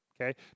okay